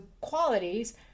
qualities